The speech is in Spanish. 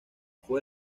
fue